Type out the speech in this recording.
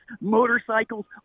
motorcycles